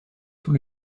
sous